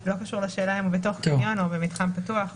זה לא קשור לשאלה אם הוא בתוך קניון או במתחם פתוח.